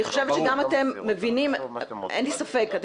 אני חושבת שגם אתם מבינים,